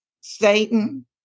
Satan